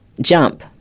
Jump